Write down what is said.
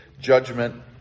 judgment